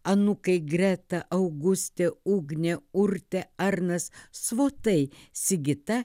anūkai greta augustė ugnė urtė arnas svotai sigita